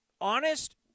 honest